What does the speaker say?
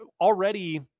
already